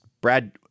Brad